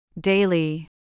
Daily